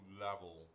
level